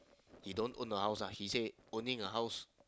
he don't own a house ah he said owning a house